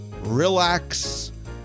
relax